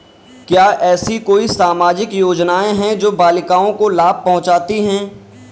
क्या ऐसी कोई सामाजिक योजनाएँ हैं जो बालिकाओं को लाभ पहुँचाती हैं?